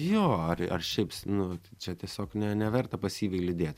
jo ar ar šiaips nu čia tiesiog ne neverta pasyviai lydėt